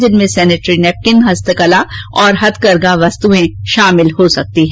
जिनमें sanitary napkin हस्तकला और हथकरघा की वस्तुएं शामिल हो सकती हैं